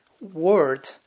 word